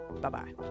bye-bye